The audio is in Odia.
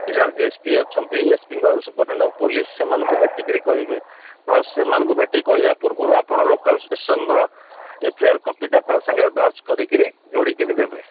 ଜିଲ୍ଲାରେ ବି ଏସ୍ ପି ଅଛନ୍ତି ଏସ୍ପିଙ୍କ ସୁପାରିଟେଡେଣ୍ଟ୍ ଅଫ୍ ପୋଲିସ୍ ସେମାନଙ୍କୁ ଭେଟିକରି କହିବେ ପ୍ଲସ୍ ସେମାନଙ୍କୁ ଭେଟିକି କହିବା ପୂର୍ବରୁ ଆପଣ ଲୋକାଲ୍ ଷ୍ଟେସନ୍ର ଏଫ୍ ଆଇ ଆର୍ କପିଟା ତା ସାଙ୍ଗରେ ଦର୍ଜ୍ କରିକି ଯୋଡ଼ିକି ଦେବେ